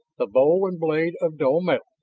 the bowl and blade of dull metal,